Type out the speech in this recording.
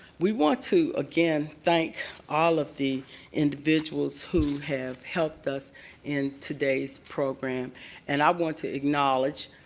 we want to again thank all of the individuals who have helped us in today's program and i want to acknowledge